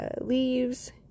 leaves